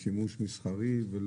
לשימוש מסחרי?